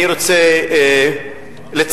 אני רוצה לצטט,